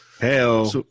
hell